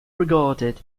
regarded